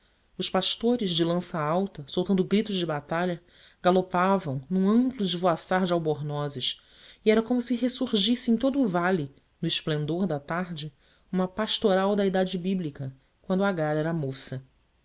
os pastores de lança alta soltando gritos de batalha galopavam num amplo esvoaçar de albornozes e era como se ressurgisse em todo o vale no esplendor da tarde uma pastoral da idade bíblica quando agar era moça